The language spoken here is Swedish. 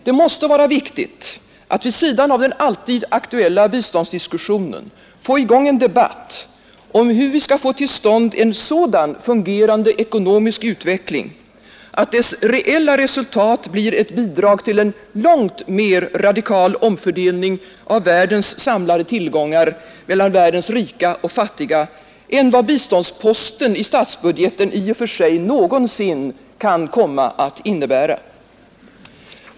Det måste vara viktigt att vid sidan av den alltid aktuella biståndsdiskussionen få i gång en debatt om hur vi skall få till stånd en sådan fungerande ekonomisk utveckling att dess reella resultat blir ett bidrag till en långt mer radikal omfördelning av världens samlade tillgångar mellan världens rika och fattiga än vad biståndsposten i statsbudgeten i och för sig någonsin kan komma att innebära.